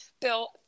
Bill